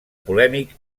polèmic